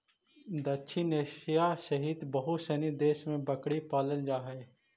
दक्षिण एशिया सहित बहुत सनी देश में बकरी पालल जा हइ